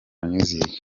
music